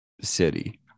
city